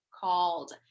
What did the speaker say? called